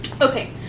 Okay